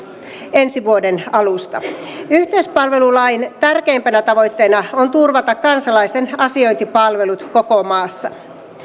ensi vuoden alusta yhteispalvelulain tärkeimpänä tavoitteena on turvata kansalaisten asiointipalvelut koko maassa